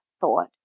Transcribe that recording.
thought